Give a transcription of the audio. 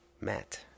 Matt